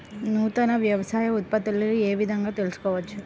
నూతన వ్యవసాయ ఉత్పత్తులను ఏ విధంగా తెలుసుకోవచ్చు?